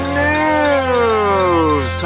news